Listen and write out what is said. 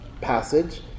passage